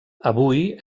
avui